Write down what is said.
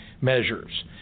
measures